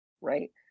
right